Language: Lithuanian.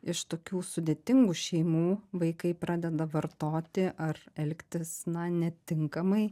iš tokių sudėtingų šeimų vaikai pradeda vartoti ar elgtis na netinkamai